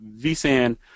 vSAN